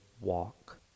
walk